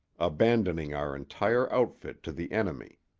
abandoning our entire outfit to the enemy.